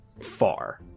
far